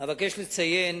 אבקש לציין